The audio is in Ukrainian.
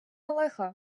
лихо